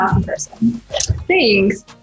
Thanks